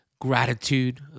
gratitude